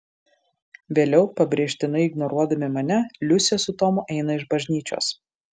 vėliau pabrėžtinai ignoruodami mane liusė su tomu eina iš bažnyčios